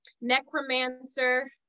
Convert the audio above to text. necromancer